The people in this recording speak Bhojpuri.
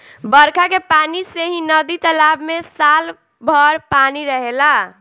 बरखा के पानी से ही नदी तालाब में साल भर पानी रहेला